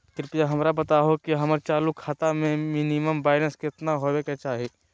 कृपया हमरा बताहो कि हमर चालू खाता मे मिनिमम बैलेंस केतना होबे के चाही